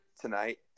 tonight